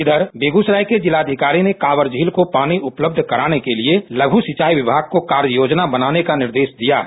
इधर बेगूसराय के जिलाधिकारी ने कांवर झील को पानी उपलब्ध कराने के लिए लघु सिंचाई विभाग को कार्ययोजना बनाने का निर्देश दिया है